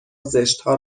زشتها